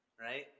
Right